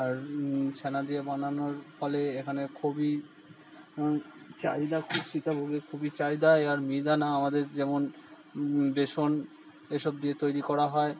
আর ছ্যানা দিয়ে বানানোর ফলে এখানে খুবই চাহিদা খুব সীতাভোগের খুবই চাহিদা এ আর মিহিদানা আমাদের যেমন বেসন এসব দিয়ে তৈরি করা হয়